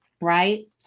right